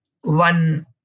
one